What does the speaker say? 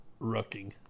rucking